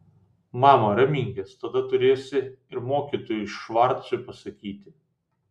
mama raminkis tada turėsi ir mokytojui švarcui pasakyti